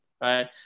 Right